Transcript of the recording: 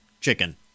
chicken